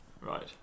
Right